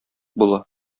була